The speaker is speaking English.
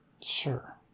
Sure